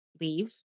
leave